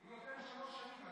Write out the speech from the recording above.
הוא נותן שלוש שנים.